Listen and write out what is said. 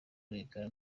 rwigara